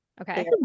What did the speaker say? okay